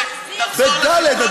בדל"ת.